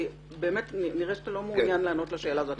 כי נראה שאתה לא מעוניין לענות לשאלה הזאת.